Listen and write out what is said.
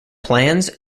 plans